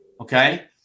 Okay